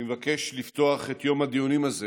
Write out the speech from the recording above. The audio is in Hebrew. אני מבקש לפתוח את יום הדיונים הזה